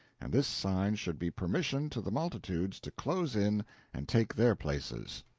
and this sign should be permission to the multitudes to close in and take their places.